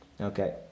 Okay